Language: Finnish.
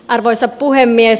arvoisa puhemies